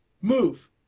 move